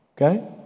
okay